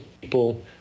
people